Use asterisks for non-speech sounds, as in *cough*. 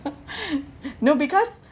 *laughs* no because